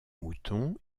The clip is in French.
moutons